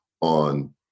on